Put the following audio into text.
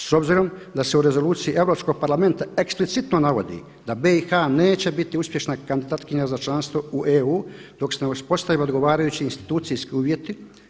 S obzirom da se u Rezoluciji Europskog parlamenta eksplicitno navodi da BiH neće biti uspješna kandidatkinja za članstvo u EU dok se ne uspostavi odgovarajući institucijski uvjeti.